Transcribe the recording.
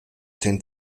den